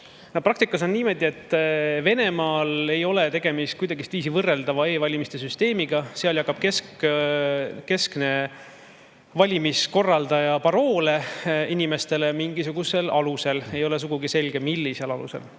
Praktikas on niimoodi, et Venemaal ei ole tegemist kuidagiviisi võrreldava e-valimiste süsteemiga. Seal jagab keskne valimiskorraldaja paroole inimestele mingisugusel alusel, sealjuures ei ole sugugi selge, millisel alusel.